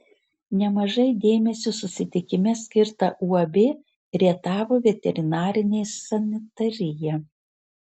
nemažai dėmesio susitikime skirta uab rietavo veterinarinė sanitarija